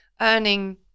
earning